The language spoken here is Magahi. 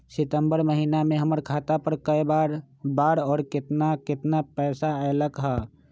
सितम्बर महीना में हमर खाता पर कय बार बार और केतना केतना पैसा अयलक ह?